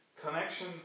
connection